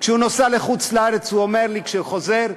כשהוא נוסע לחוץ-לארץ הוא אומר לי כשהוא חוזר: